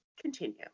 Continue